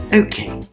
okay